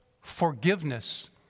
forgiveness